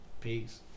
Peace